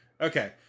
okay